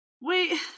Wait